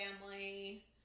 family